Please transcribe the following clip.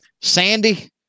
Sandy